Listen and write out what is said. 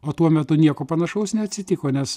o tuo metu nieko panašaus neatsitiko nes